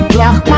Black